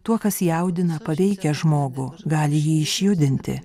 tuo kas jaudina paveikia žmogų gali jį išjudinti